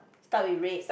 start with red